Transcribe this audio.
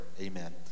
Amen